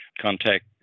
contact